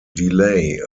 delay